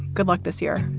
good luck this year.